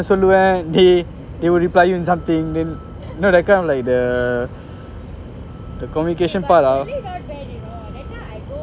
நா ஒன்னு சொல்லுவேன்:na onnu solluwean they will reply you in something then you know that kind of leh the the communication part lah